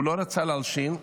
הוא לא רצה להלשין.